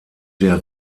der